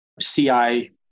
CI